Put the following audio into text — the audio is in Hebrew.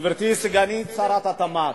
גברתי סגנית שר התמ"ת,